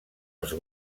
els